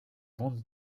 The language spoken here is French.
monde